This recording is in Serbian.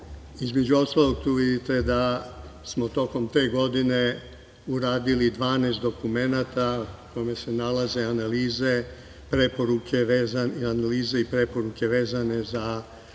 Između ostalog, tu vidite da smo tokom te godine uradili 12 dokumenata u kome se nalaze analize i preporuke vezane za